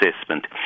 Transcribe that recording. assessment